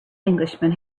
englishman